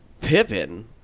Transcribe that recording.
Pippin